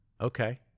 Okay